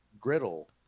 griddle